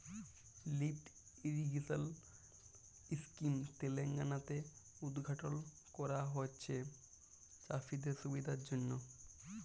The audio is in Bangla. লিফ্ট ইরিগেশল ইসকিম তেলেঙ্গালাতে উদঘাটল ক্যরা হঁয়েছে চাষীদের সুবিধার জ্যনহে